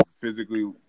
physically